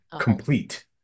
complete